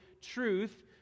truth